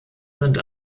sind